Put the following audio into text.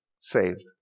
saved